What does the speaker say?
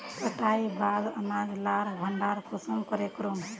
कटाईर बाद अनाज लार भण्डार कुंसम करे करूम?